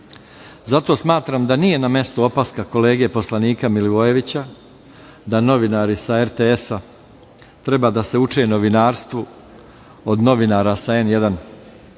smatram da nije na mestu opaska kolege poslanika Milivojevića da novinari sa RTS-a treba da se uče novinarstvu od novinara sa N1,